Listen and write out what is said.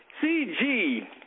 CG